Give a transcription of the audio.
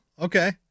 okay